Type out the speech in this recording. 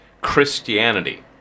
Christianity